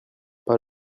pas